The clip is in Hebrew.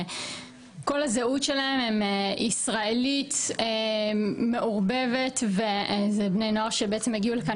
כל הזהות שלהם היא ישראלית מעורבבת וזה בני נוער שבעצם הגיעו לכאן